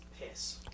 piss